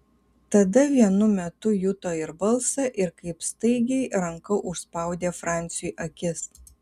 tada vienu metu juto ir balsą ir kaip staigiai ranka užspaudė franciui akis